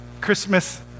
Christmas